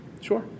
Sure